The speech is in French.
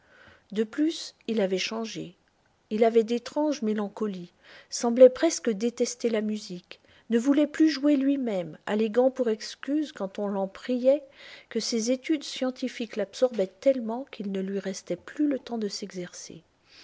de plus il avait changé il avait d'étranges mélancolies semblait presque détester la musique ne voulait plus jouer lui-même alléguant pour excuse quand on l'en priait que ses études scientifiques l'absorbaient tellement qu'il ne lui restait plus le temps de s'exercer